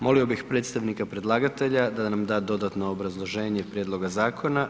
Molio bih predstavnika predlagatelja da nam da dodatno obrazloženje prijedloga zakona.